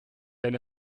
denn